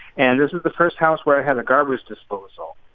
and this was the first house where i had a garbage disposal.